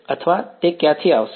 અથવા તે ક્યાંથી આવશે